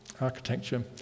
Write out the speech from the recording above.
architecture